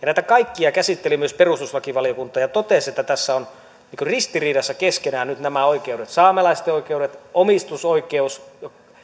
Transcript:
näitä kaikkia käsitteli myös perustuslakivaliokunta ja totesi että nämä oikeudet ovat tässä nyt ristiriidassa keskenään saamelaisten oikeudet omistusoikeus